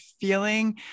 feeling